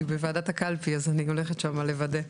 אני בוועדת הקלפי, אז אני הולכת לשם לוודא.